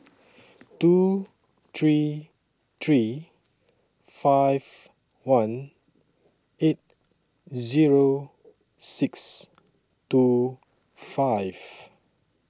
two three three five one eight Zero six two five